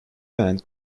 band